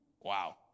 Wow